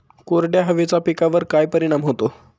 कोरड्या हवेचा पिकावर काय परिणाम होतो?